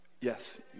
Yes